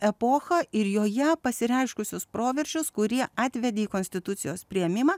epochą ir joje pasireiškusius proveržius kurie atvedė į konstitucijos priėmimą